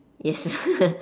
yes